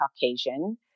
Caucasian